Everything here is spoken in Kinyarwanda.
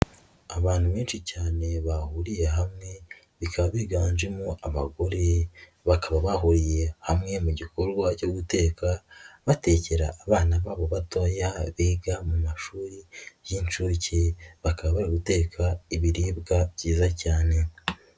Abantu benshi cyane bahuriye hamwe bikaba biganjemo abagore, bakaba bahuriye hamwe mu gikorwa cyo guteka batekera abana babo batoya biga mu mashuri y'inshuke, bakaba bari guteka ibiribwa byiza cyane.